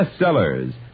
bestsellers